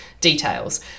details